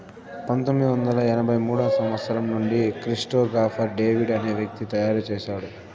పంతొమ్మిది వందల ఎనభై మూడో సంవచ్చరం నుండి క్రిప్టో గాఫర్ డేవిడ్ అనే వ్యక్తి తయారు చేసాడు